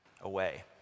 away